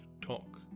talk